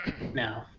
No